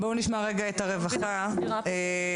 תודה.